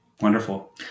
Wonderful